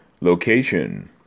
location